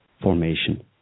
formation